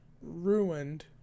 ruined